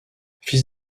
fils